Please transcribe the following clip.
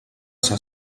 ser